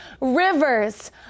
Rivers